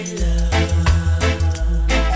love